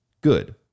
good